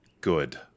good